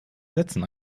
sätzen